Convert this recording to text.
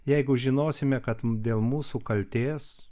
jeigu žinosime kad dėl mūsų kaltės